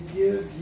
give